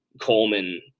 Coleman